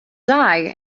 die